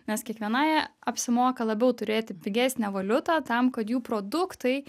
nes kiekvienai apsimoka labiau turėti pigesnę valiutą tam kad jų produktai